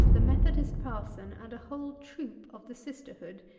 the methodist parson, and a whole troop of the sisterhood,